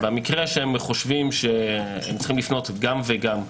במקרה שהן חושבות שצריכות לפנות גם וגם,